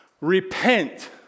Repent